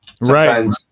right